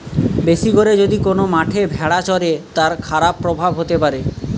বেশি করে যদি কোন মাঠে ভেড়া চরে, তার খারাপ প্রভাব হতে পারে